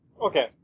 Okay